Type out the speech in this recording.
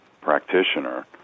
practitioner